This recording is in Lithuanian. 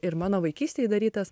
ir mano vaikystėj darytas